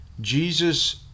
Jesus